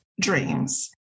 dreams